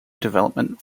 development